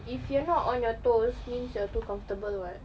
if you're not on your toes means you're too comfortable what